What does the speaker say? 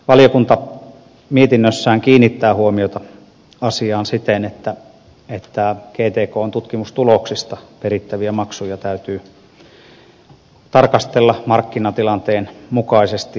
valiokunta kiinnittää mietinnössään huomiota asiaan siten että gtkn tutkimustuloksista perittäviä maksuja täytyy tarkastella markkinatilanteen mukaisesti